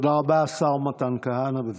עשר דקות לרשותך.